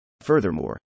Furthermore